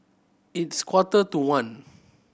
its quarter to one